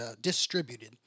distributed